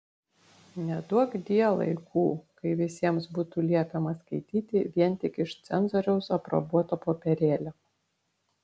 neduokdie laikų kai visiems būtų liepiama skaityti vien tik iš cenzoriaus aprobuoto popierėlio